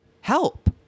help